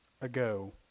ago